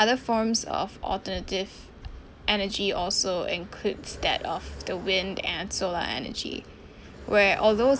other forms of alternative energy also includes depth of the wind and solar energy where although